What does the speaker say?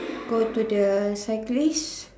go to the cyclist